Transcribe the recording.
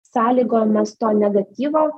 sąlygojamas to negatyvo